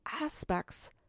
aspects